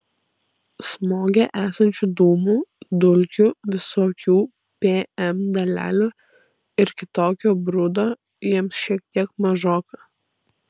smoge esančių dūmų dulkių visokių pm dalelių ir kitokio brudo jiems šiek tiek mažoka